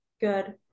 good